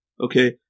Okay